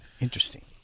Interesting